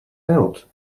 out